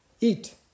Eat